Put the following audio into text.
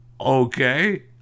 Okay